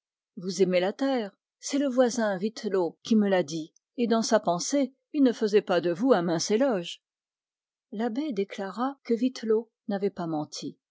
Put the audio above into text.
vous aimez la terre c'est le voisin vittelot qui me l'a dit et dans sa pensée in ne faisait pas de vous un mince éloge l'abbé déclara que vittelot n'avait pas menti